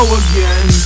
again